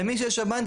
למי שיש שב"ן,